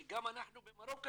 כי גם אנחנו במרוקו,